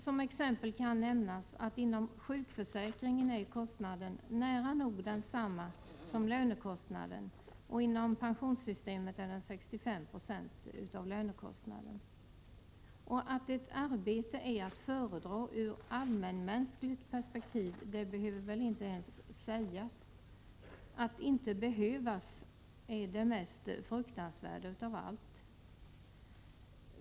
Som exempel kan nämnas att kostnaden inom sjukförsäkringen är nära nog densamma som lönekostnaden, och inom pensionssystemet är den 65 96 av lönekostnaden. Att ett arbete är att föredra ur allmänmänskligt perspektiv behöver väl inte ens sägas! Att inte behövas är det mest fruktansvärda av allt.